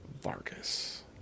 Vargas